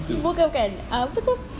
bukan bukan apa tu